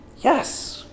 Yes